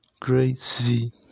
crazy